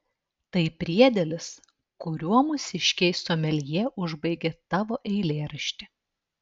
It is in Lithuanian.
tai priedėlis kuriuo mūsiškiai someljė užbaigė tavo eilėraštį